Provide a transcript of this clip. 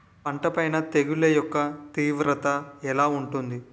పంట పైన తెగుళ్లు యెక్క తీవ్రత ఎలా ఉంటుంది